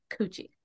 coochie